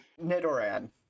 Nidoran